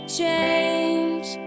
change